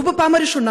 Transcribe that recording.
לא בפעם הראשונה,